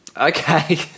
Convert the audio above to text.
Okay